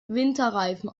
winterreifen